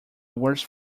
worse